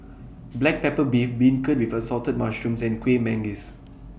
Black Pepper Beef Beancurd with Assorted Mushrooms and Kueh Manggis